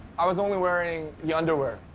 i was only wearing the underwear.